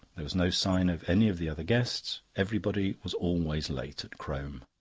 there was no sign of any of the other guests everybody was always late at crome.